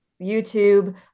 YouTube